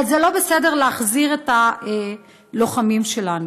אבל זה לא בסדר להחזיר את הלוחמים שלנו.